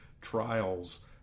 trials